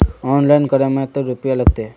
Online करे में ते रुपया लगते?